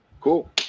Cool